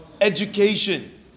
education